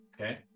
Okay